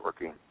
networking